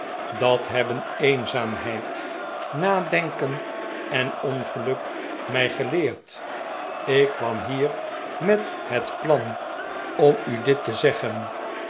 dat hebben eenzaamheid nadenken en ongeluk mij geleerd ik kwam hier met het plan om u dit te zeggen